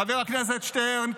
חבר הכנסת שטרן,